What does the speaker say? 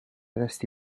resti